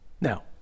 Now